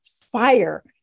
fire